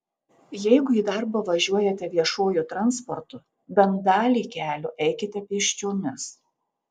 jeigu į darbą važiuojate viešuoju transportu bent dalį kelio eikite pėsčiomis